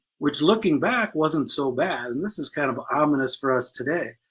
which looking back wasn't so bad, and this is kind of ominous for us today.